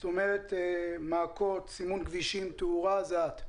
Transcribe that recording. זאת אומרת שמעקות, סימון כבישים, תאורה זה את?